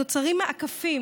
נוצרים מעקפים.